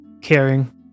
caring